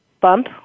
bump